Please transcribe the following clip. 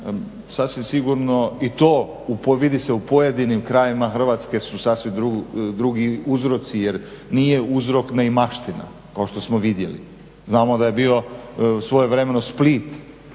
sasvim sigurno i to se vidi u pojedinim krajevima Hrvatske su sasvim drugi uzroci jer nije uzrok neimaština kao što smo vidjeli. Znamo da je bio svojevremeno Split